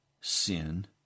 sin